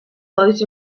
closed